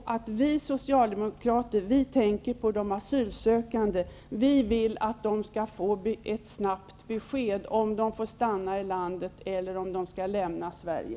Vi socialdemokrater tänker på de asylsökande. Vi vill att de skall få ett snabbt besked om de får stanna i landet eller om de skall lämna Sverige.